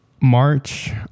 March